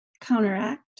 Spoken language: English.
counteract